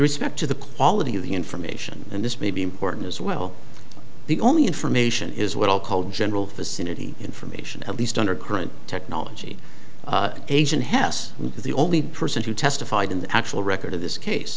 respect to the quality of the information and this may be important as well the only information is what i'll call general vicinity information at least under current technology asian hesse the only person who testified in the actual record of this case